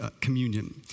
communion